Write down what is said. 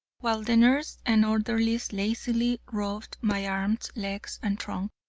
while the nurse and orderlies lazily rubbed my arms, legs, and trunk,